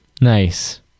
nice